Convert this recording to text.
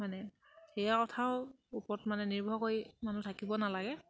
মানে সেয়া কথাও ওপৰত মানে নিৰ্ভৰ কৰি মানুহ থাকিব নালাগে